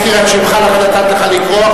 היא הזכירה את שמך, לכן נתתי לך לקרוא.